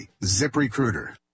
ZipRecruiter